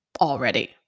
already